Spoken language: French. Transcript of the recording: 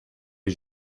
les